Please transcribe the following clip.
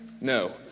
No